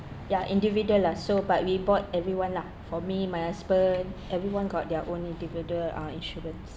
ya individual lah so but we bought everyone lah for me my husband everyone got their own individual uh insurance